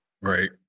Right